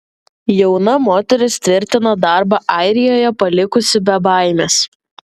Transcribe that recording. jauna moteris tvirtina darbą airijoje palikusi be baimės